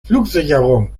flugsicherung